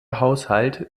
haushalt